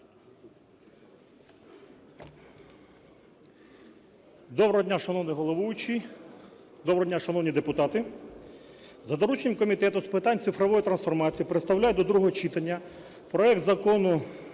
Доброго дня, шановний головуючий! Доброго дня, шановні депутати! За дорученням Комітету з питань цифрової трансформації представляю до другого читання проект Закону